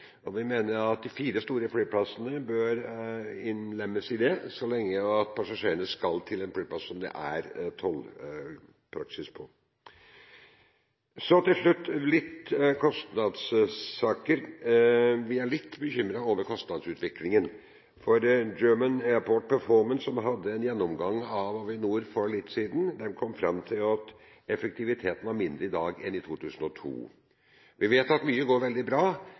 spørsmålet. Vi mener at de fire store flyplassene bør innlemmes i dette, så lenge passasjerene skal til en flyplass som det er tollpraksis på. Til slutt noen kostnadssaker. Vi er litt bekymret over kostnadsutviklingen. German Airport Performance, som hadde en gjennomgang av Avinor for litt siden, kom fram til at effektiviteten var mindre i dag enn i 2002. Vi vet at mye går veldig bra,